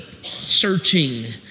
searching